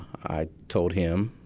i told him,